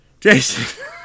Jason